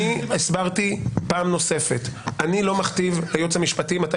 הסברתי פעם נוספת שאני לא מכתיב לייעוץ המשפטי מתי